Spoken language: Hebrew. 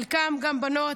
חלקם בנות,